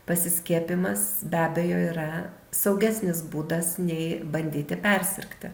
pasiskiepijimas be abejo yra saugesnis būdas nei bandyti persirgti